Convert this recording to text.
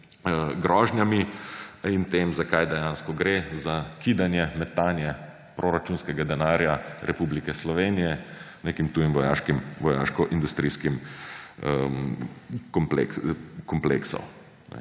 grožnjami in tem, za kaj dejansko gre: za kidanje, metanje proračunskega denarja Republike Slovenije nekim tujim vojaško-industrijskim kompleksom.